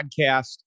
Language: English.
podcast